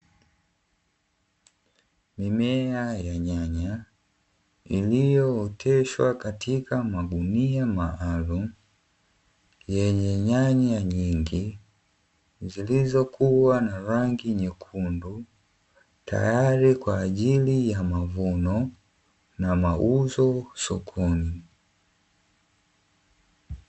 Mimea ya nyanya iliyooteshwa katika magunia maalumu yenye nyanya nyingi, zilizo kuwa na rangi nyekundu tayari kwajili ya mavuno na mauzo sokoni.